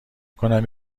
کنم